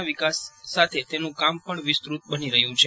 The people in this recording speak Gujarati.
ના વિકાસ સાથે તેનું કામ પણ વિસ્તૃત બની રહ્યું છે